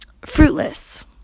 fruitless